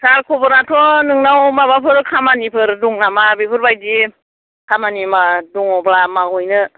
सार खबराथ' नोंनाव माबाफोर खामानिफोर दं नामा बेफोर बायदि खामानि मा दङब्ला मावहैनो